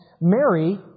Mary